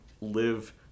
live